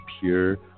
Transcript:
pure